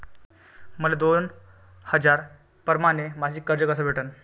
मले दोन हजार परमाने मासिक कर्ज कस भेटन?